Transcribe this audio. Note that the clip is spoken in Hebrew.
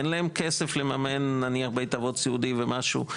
אין להם כסף לממן נניח בית אבות סיעודי ומשהו,